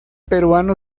peruano